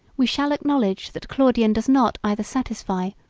we shall acknowledge that claudian does not either satisfy,